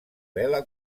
vela